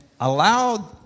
allow